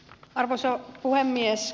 arvoisa puhemies